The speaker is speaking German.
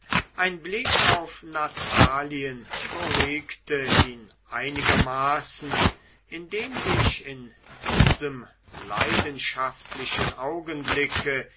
ein blick auf natalien beruhigte ihn einigermaßen indem sich in diesem leidenschaftlichen augenblick